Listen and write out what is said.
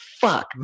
fuck